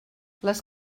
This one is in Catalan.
les